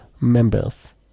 members